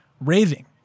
Raving